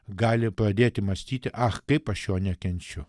gali pradėti mąstyti ach kaip aš jo nekenčiu